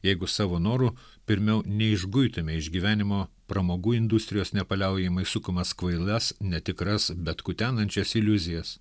jeigu savo noru pirmiau neišguitume iš gyvenimo pramogų industrijos nepaliaujamai sukamas kvailas netikras bet kutenančias iliuzijas